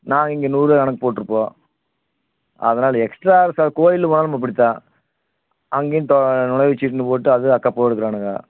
நாம் இங்கே நூறுபா கணக்குப் போட்டிருப்போம் அதனால் எக்ஸ்ட்ரா கோவிலுக்கு போனாலும் இப்படித்தான் அங்கேயும் நுழைவுச்சீட்டுன்னு போட்டு அதுவே அக்கப்போர் அடிக்கிறானுங்க